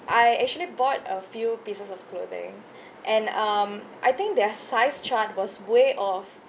I actually bought a few pieces of clothing and um I think their size chart was way off